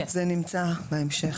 זה נמצא בהמשך.